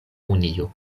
unio